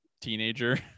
teenager